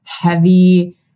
heavy